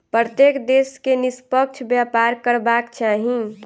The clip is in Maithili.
प्रत्येक देश के निष्पक्ष व्यापार करबाक चाही